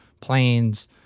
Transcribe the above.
planes